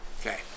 Okay